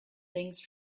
things